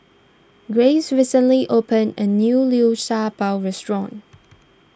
Graves recently opened a new Liu Sha Bao restaurant